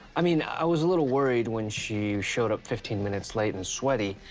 i mean, i was a little worried when she showed up fifteen minutes late and sweaty,